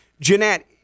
Jeanette